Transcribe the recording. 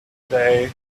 day